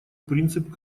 принцип